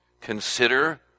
Consider